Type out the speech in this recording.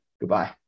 Goodbye